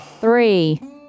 three